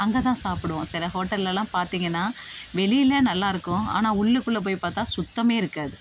அங்க தான் சாப்பிடுவோம் சில ஹோட்டல்லெலாம் பார்த்தீங்கன்னா வெளியில் நல்லாயிருக்கும் ஆனால் உள்ளுக்குள்ளே போய் பார்த்தா சுத்தம் இருக்காது